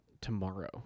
tomorrow